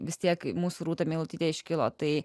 vis tiek mūsų rūta meilutytė iškilo tai